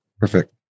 Perfect